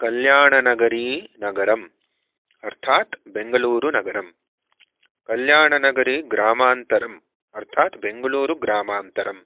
कल्याणनगरी नगरम् अर्थात् बेङ्गलूरु नगरम् कल्याणनगरी ग्रामान्तरम् अर्थात् बेङ्गलूरु ग्रामान्तरम्